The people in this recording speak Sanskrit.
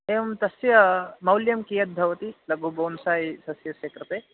एवं तस्य मौल्यं कियद्भवति लघुबोंसाय् सस्यस्य कृते